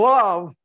love